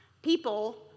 People